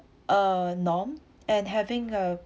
uh norm and having a